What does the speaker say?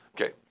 Okay